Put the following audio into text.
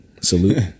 Salute